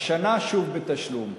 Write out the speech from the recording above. השנה שוב בתשלום.